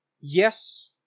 yes